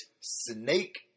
Snake